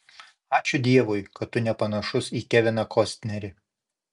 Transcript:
ačiū dievui kad tu nepanašus į keviną kostnerį